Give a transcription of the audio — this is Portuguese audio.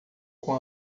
com